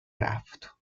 رفت